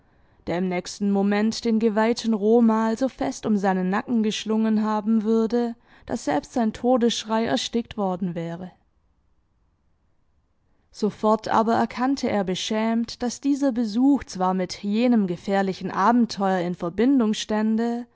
der im nächsten moment den geweihten romal so fest um seinen nacken geschlungen haben würde daß selbst sein todesschrei erstickt worden wäre sofort aber erkannte er beschämt daß dieser besuch zwar mit jenem gefährlichen abenteuer in verbindung stände